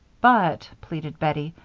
but, pleaded bettie,